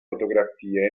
fotografie